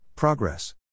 Progress